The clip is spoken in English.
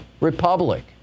republic